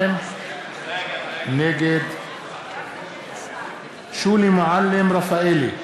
נגד שולי מועלם-רפאלי,